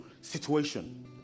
situation